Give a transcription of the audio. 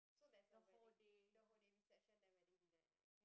so there's a wedding the whole day reception then wedding dinner at night